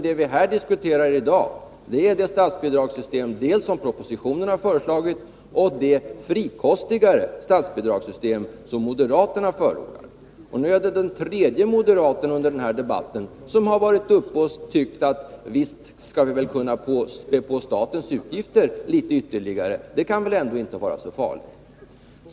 Det vi här diskuterar i dag är dels det statsbidragssystem som propositionen har föreslagit, dels det frikostigare statsbidragssystem som moderaterna förordar. Nu är det den tredje moderaten som har varit uppe i den här debatten och tyckt att vi visst skall kunna spä på statens utgifter ytterligare, det kan väl ändå inte vara så farligt.